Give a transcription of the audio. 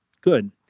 Good